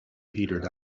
petered